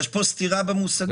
יש פה סתירה במושגים.